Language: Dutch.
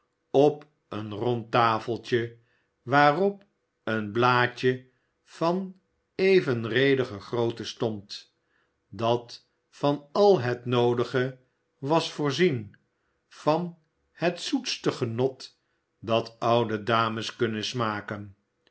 op een rond tafeltje waarop een blaadje van evenredige grootte stond dat van al het noodige was voorzien van het zoetste genot dat oude dames kunnen smaken